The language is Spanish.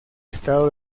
estado